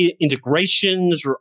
integrations